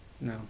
no